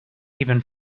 even